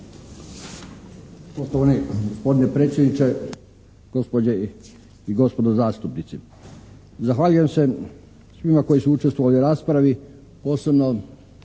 Hvala.